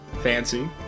fancy